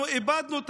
אנחנו איבדנו את